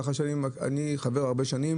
כך שאני חבר הרבה שנים